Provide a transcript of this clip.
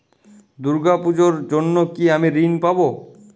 দুর্গা পুজোর জন্য কি আমি ঋণ পাবো?